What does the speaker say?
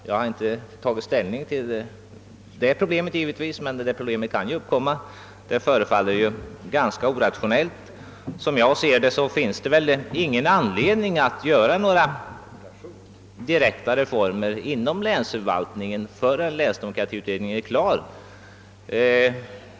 Jag har givetvis inte tagit ställning till detta problem, men det kan ju uppkomma. Som jag ser det finns det ingen anledning att genomföra några direkta reformer inom länsförvaltningen förrän länsdemokratiutredningen är färdig.